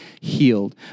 healed